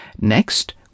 Next